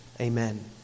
Amen